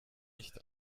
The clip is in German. nicht